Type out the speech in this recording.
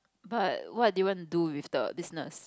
but what did you want to do with the business